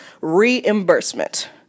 reimbursement